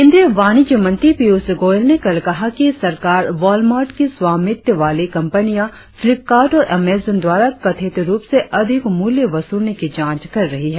केंद्रीय वाणीज्य मंत्री पीयूष गोयल ने कल कहा कि सरकार वॉलमार्ट की स्वामित्व वाली कंपनियां फ्लिपकार्ट और अमेजन द्वारा कथित रुप से अधिक मूल्य वसूलने की जांच कर रही है